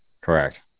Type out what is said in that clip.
Correct